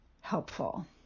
helpful